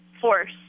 force